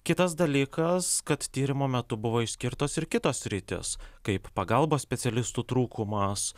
kitas dalykas kad tyrimo metu buvo išskirtos ir kitos sritys kaip pagalbos specialistų trūkumas